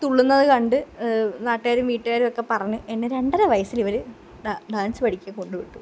തുള്ളുന്നത് കണ്ട് നാട്ടുകാരും വീട്ടുകാരും ഒക്കെ പറഞ്ഞു എന്നെ രണ്ടര വയസ്സിൽ ഇവർ ഡാൻസ് പഠിക്കാൻ കൊണ്ട് വിട്ടു